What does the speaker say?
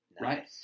Right